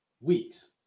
weeks